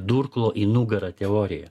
durklo į nugarą teorija